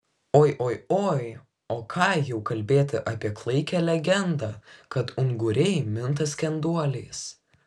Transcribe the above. oi oi oi o ką jau kalbėti apie klaikią legendą kad unguriai minta skenduoliais